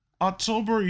October